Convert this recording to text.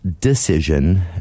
decision